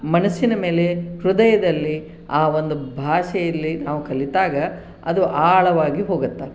ಮನಸ್ಸಿನ ಮೇಲೆ ಹೃದಯದಲ್ಲಿ ಆ ಒಂದು ಭಾಷೆಯಲ್ಲಿ ನಾವು ಕಲಿತಾಗ ಅದು ಆಳವಾಗಿ ಹೋಗುತ್ತೆ